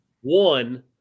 One